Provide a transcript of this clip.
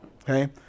Okay